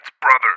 brothers